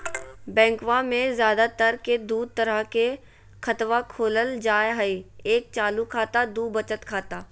बैंकवा मे ज्यादा तर के दूध तरह के खातवा खोलल जाय हई एक चालू खाता दू वचत खाता